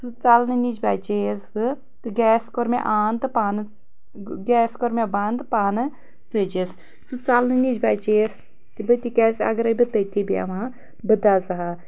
سُہ ژَلنہٕ نِش بچییَس بہٕ تہٕ گیس کوٚر مے آن تہٕ پانہٕ گیس کوٚر مے بنٛد تہِ پانہٕ ژٕجس ژَلنہٕ نِش بَچییَس تہِ بہٕ تِکیاز اگَرٕے بہٕ تٕتی بٮ۪ہمٕہا بہٕ دَزہا